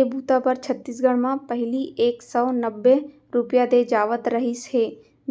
ए बूता बर छत्तीसगढ़ म पहिली एक सव नब्बे रूपिया दे जावत रहिस हे